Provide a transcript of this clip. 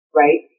right